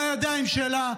הדם של המתים על הידיים שלה,